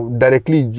directly